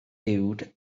uwd